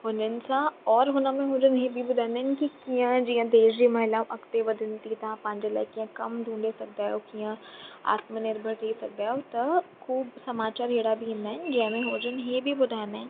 हुननि सां औरि हुननि में इहे जन इहे बि ॿुधाईंदा आहिनि की कीअं जीअं देश जी महिला अॻिते वधनि थी तव्हां पंहिंजे लाइ कीअं कमु ढूंढे सघंदा आहियो कीअं आत्मनिर्भर थी सघंदा आहियो त ख़ूबु समाचार अहिड़ा बि ईंदा आहिनि जंहिंमें उहे जन इहे बि ॿुधाईंदा आहिनि